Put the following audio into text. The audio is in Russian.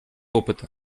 опыта